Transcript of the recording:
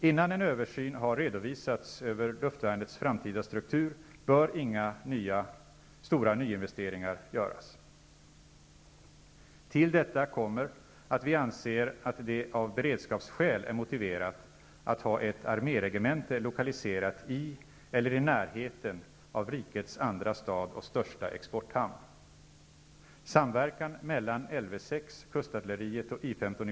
Innan en översyn har redovisats över luftvärnets framtida struktur bör inga stora nyinvesteringar göras. Till detta kommer att vi anser att det av beredskapsskäl är motiverat att ha ett arméregemente lokaliserat i eller i närheten av rikets andra stad och största exporthamn.